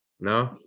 No